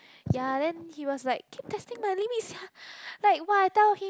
ya then he was like keep testing my limit sia like !wah! I tell him